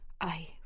I